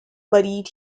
buried